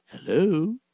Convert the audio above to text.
Hello